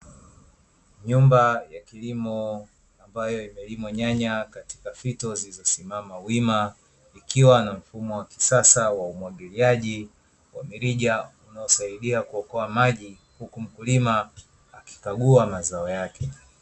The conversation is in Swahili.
Nyumba ya kilimo ambayo imelimwa nyanya katika fito zilizosimama wima, ikiwa na mfumo wa kisasa wa umwagiliaji wa mirija unaosaidia kuokoa maji, huku mkulima akikagua mazao yake.